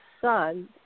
son